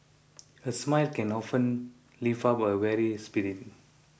a smile can often lift up a weary spirit